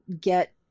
get